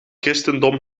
christendom